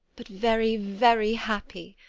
but very, very happy.